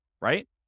right